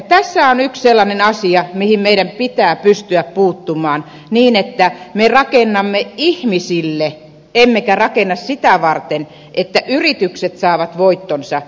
tässä on yksi sellainen asia mihin meidän pitää pystyä puuttumaan niin että me rakennamme ihmisille emmekä rakenna sitä varten että yritykset saavat voittonsa